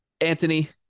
Anthony